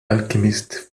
alchemist